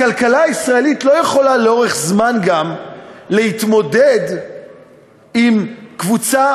הכלכלה הישראלית לא יכולה לאורך זמן להתמודד עם קבוצה